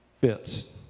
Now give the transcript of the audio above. fits